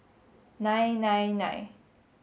nine nine nine